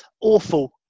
awful